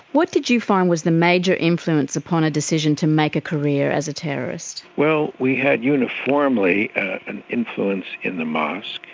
what did you find was the major influence upon a decision to make a career as a terrorist? well we had uniformly an influence in the mosque,